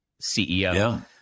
CEO